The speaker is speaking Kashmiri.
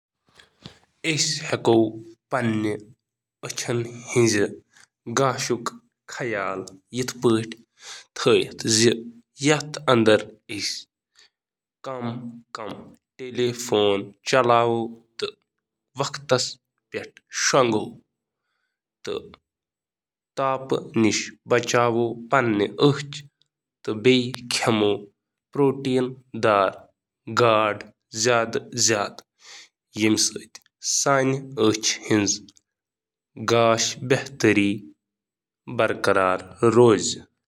پنٛنہِ أچھ ہُنٛد خیال تھاونہٕ خٲطرٕ چھِ یِم کینٛہہ طٔریٖقہٕ: أچھن ہُنٛد باقٲعدٕ امتحان کٔرِو، دھوپُک چشمہٕ لاگُن، أچھن ہٕنٛدِ لباس سۭتۍ کٔرِو پنٕنۍ أچھ بچاو، اصل حفظان صحتٕچ مشق کٔرِو، ورزش کٔرِو تہٕ طبی حالاتن ہُنٛد انتظام کٔ